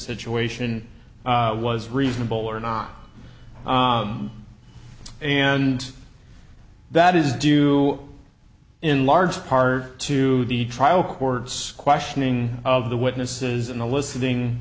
situation was reasonable or not and that is due in large part to the trial court's questioning of the witnesses and eliciting